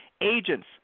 agents